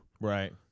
right